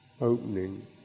opening